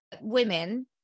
women